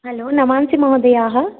hello नमांसि महोदयाः